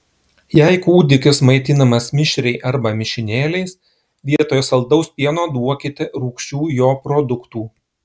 jei kūdikis maitinamas mišriai arba mišinėliais vietoj saldaus pieno duokite rūgščių jo produktų